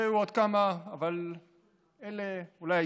היו עוד כמה, אבל אלה אולי העיקריים.